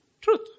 truth